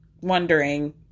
wondering